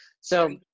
So-